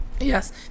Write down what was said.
yes